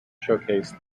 showcased